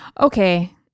Okay